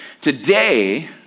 Today